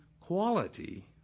quality